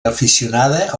aficionada